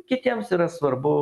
kitiems yra svarbu